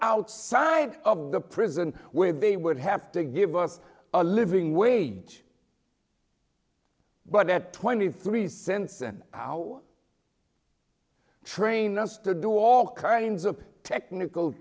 outside of the prison where they would have to give us a living wage but at twenty three cents an hour train us to do all kinds of technical